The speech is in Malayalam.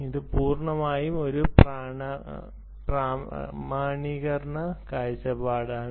ഇത് പൂർണ്ണമായും ഒരു പ്രാമാണീകരണ കാഴ്ചപ്പാടാണ്